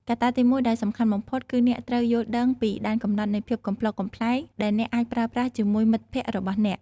កត្តាទីមួយដែលសំខាន់បំផុតគឺអ្នកត្រូវយល់ដឹងពីដែនកំណត់នៃភាពកំប្លុកកំប្លែងដែលអ្នកអាចប្រើប្រាស់ជាមួយមិត្តភក្តិរបស់អ្នក។